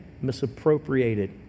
misappropriated